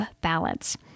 balance